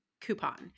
coupon